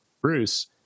Bruce